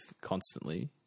constantly